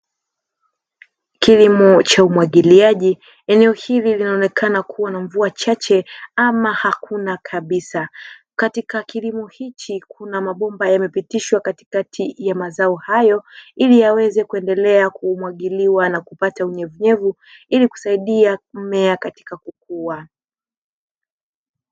Kilimo cha umwagiliaji eneo hili linaonekana kuwa na mvua chache ama Hakuna kabisa, katika kilimo hichi kuna mabomba yamepitishwa katika mazao hayo iliyaweze kumwagiliwa na kupata unyevu unyevu ili kusaidia mmea katika kukua.